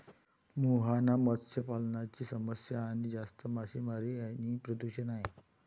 मुहाना मत्स्य पालनाची समस्या जास्त मासेमारी आणि प्रदूषण आहे